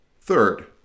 Third